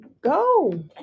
go